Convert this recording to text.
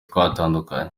twatandukanye